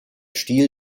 stil